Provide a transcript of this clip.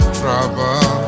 trouble